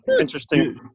interesting